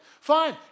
Fine